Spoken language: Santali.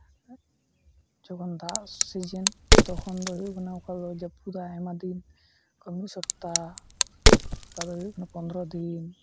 ᱡᱚᱠᱷᱚᱱ ᱫᱟᱜ ᱥᱤᱡᱤᱱ ᱛᱚᱠᱷᱚᱱ ᱫᱚ ᱦᱩᱭᱩᱜ ᱠᱟᱱᱟ ᱚᱠᱟ ᱫᱚ ᱡᱟᱹᱯᱩᱫᱟᱭ ᱟᱭᱢᱟ ᱫᱤᱱ ᱚᱠᱟ ᱫᱚ ᱢᱤᱫ ᱥᱚᱯᱛᱟ ᱚᱠᱟ ᱫᱚ ᱦᱩᱭᱩᱜ ᱠᱟᱱᱟ ᱯᱚᱱᱫᱨᱚ ᱫᱤᱱ